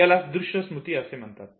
यालाच दृश्य स्मृती असे म्हणतात